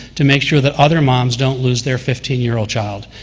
to make sure that other moms don't lose their fifteen year old child.